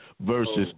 versus